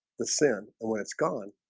the sin and when it's gone,